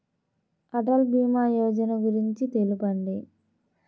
అటల్ భీమా యోజన గురించి తెలుపండి?